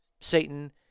satan